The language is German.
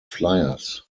flyers